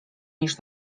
niż